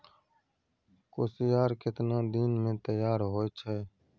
कोसियार केतना दिन मे तैयार हौय छै?